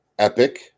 Epic